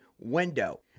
window